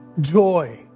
joy